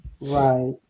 Right